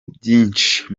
byinshi